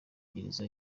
gereza